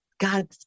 God